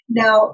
now